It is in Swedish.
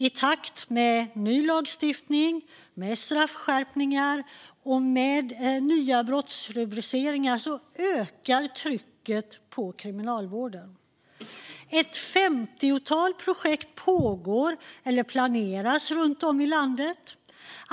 I takt med att ny lagstiftning med straffskärpningar och nya brottsrubriceringar införs ökar trycket på kriminalvården. Ett femtiotal projekt pågår eller planeras runt om i landet.